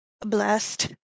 blessed